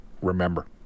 remember